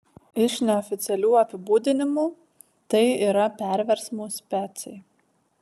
iš neoficialių apibūdinimų tai yra perversmų specai